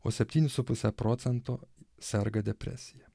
o septyni su puse procento serga depresija